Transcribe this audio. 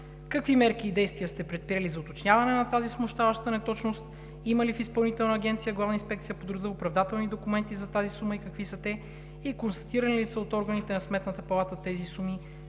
какви мерки и действия сте предприели за уточняване на тази смущаваща неточност? Има ли в Изпълнителната агенция „Главна инспекция по труда“ оправдателни документи за тази сума и какви са те? Констатирани ли са от органите на Сметната палата тези суми?